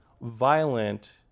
violent